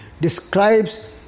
describes